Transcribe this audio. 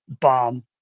bomb